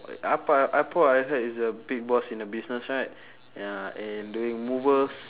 ah poh ah poh I heard he's the big boss in a business right ya and doing movers